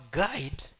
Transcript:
guide